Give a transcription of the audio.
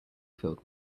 filled